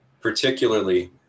particularly